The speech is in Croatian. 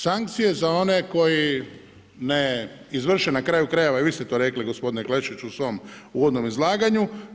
Sankcije za one koji ne izvrše, na kraju krajeva i vi ste to rekli gospodine Klešić u svom uvodnom izlaganju.